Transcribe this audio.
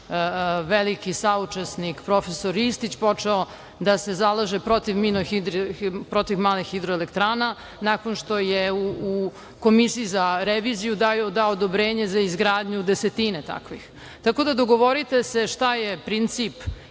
veliki saučesnik profesor Ristić počeo da se zalaže protiv malih hidroelektrana nakon što je u Komisiji za reviziju dao odobrenje za izgradnju desetine takvih. Tako da, dogovorite se šta je princip